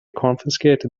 confiscated